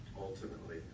ultimately